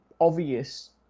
obvious